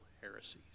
heresies